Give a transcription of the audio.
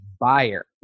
buyer